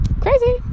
crazy